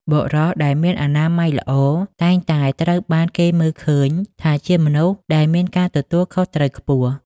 បុរសដែលមានអនាម័យល្អ តែងតែត្រូវបានគេមើលឃើញថាជាមនុស្សដែលមានការទទួលខុសត្រូវខ្ពស់។